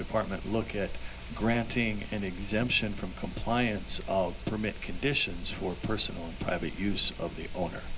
department look at granting an exemption from compliance of permit conditions for personal private use of the o